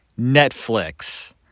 Netflix